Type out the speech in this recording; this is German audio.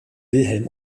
wilhelm